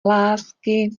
lásky